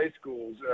schools